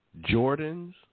Jordan's